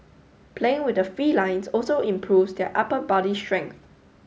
playing with the felines also improves their upper body strength